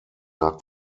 nach